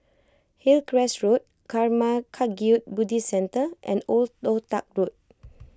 Hillcrest Road Karma Kagyud Buddhist Centre and Old Toh Tuck Road